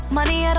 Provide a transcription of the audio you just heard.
money